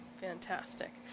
Fantastic